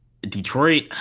Detroit